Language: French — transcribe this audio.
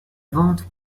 vente